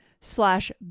slash